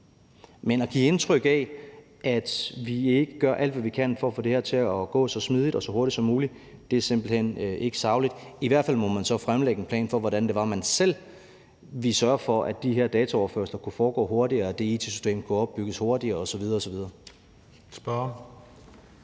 Men at give indtryk af, at vi ikke gør alt, hvad vi kan, for at få det her til at gå så smidigt og så hurtigt som muligt, er simpelt hen ikke sagligt. I hvert fald må man så fremlægge en plan for, hvordan det var, man selv ville sørge for, at de her dataoverførsler kunne foregå hurtigere, at det it-system kunne opbygges hurtigere osv.